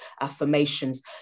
affirmations